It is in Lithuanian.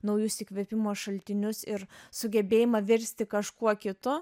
naujus įkvėpimo šaltinius ir sugebėjimą virsti kažkuo kitu